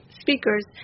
speakers